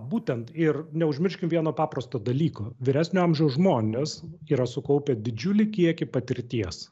būtent ir neužmirškim vieno paprasto dalyko vyresnio amžiaus žmonės yra sukaupę didžiulį kiekį patirties